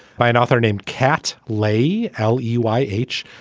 by an author named cat lady. l e y h.